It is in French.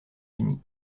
unies